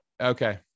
okay